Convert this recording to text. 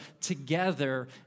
together